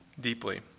deeply